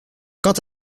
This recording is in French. quant